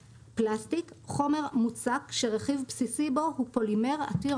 "פלסטיק" חומר מוצק שרכיב בסיסי בו הוא פולימר עתיר